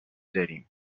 داریم